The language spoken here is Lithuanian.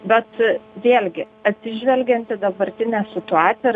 bet vėlgi atsižvelgiant į dabartinę situaciją ir